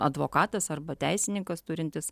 advokatas arba teisininkas turintis